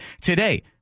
today –